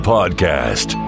Podcast